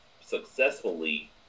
successfully